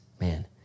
man